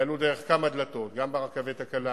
יעלו דרך כמה דלתות, גם ברכבת הקלה,